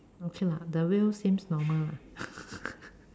okay lah the wheel seems normal lah